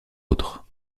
autres